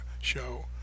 show